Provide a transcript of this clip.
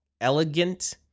elegant